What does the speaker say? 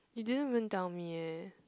you didn't even tell me eh